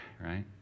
right